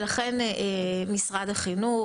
ולכן, משרד החינוך,